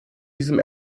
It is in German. diesem